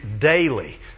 daily